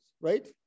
right